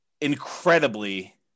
incredibly